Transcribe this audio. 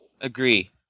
Agree